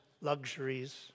luxuries